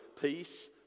peace